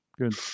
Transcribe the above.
good